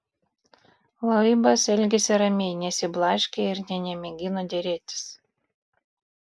loibas elgėsi ramiai nesiblaškė ir nė nemėgino derėtis